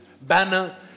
banner